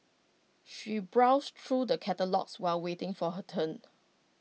she browsed through the catalogues while waiting for her turn